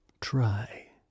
Try